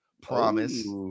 promise